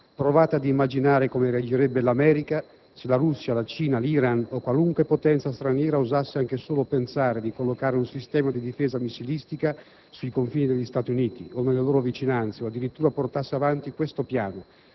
«Provate ad immaginare come reagirebbe l'America se la Russia, la Cina, l'Iran o qualunque potenza straniera osasse anche solo pensare di collocare un sistema di difesa missilistica sui confini degli Stati Uniti o nelle loro vicinanze, o addirittura portasse avanti questo piano.